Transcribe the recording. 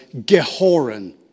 Gehoren